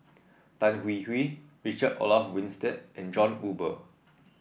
Tan Hwee Hwee Richard Olaf Winstedt and John Eber